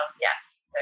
yes